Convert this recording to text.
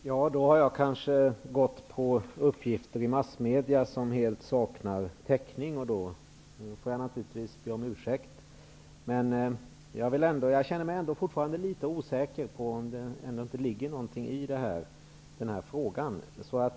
Herr talman! Jag har kanske gått på uppgifter i massmedia som helt saknar täckning, och då får jag naturligtvis be om ursäkt. Men jag känner mig fortfarande inte helt säker på att det inte ligger något i frågan.